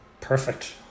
Perfect